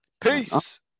Peace